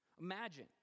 Imagine